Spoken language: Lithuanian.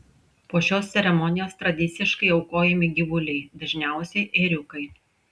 po šios ceremonijos tradiciškai aukojami gyvuliai dažniausiai ėriukai